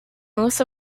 most